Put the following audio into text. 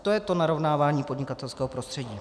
To je to narovnávání podnikatelského prostředí.